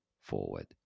forward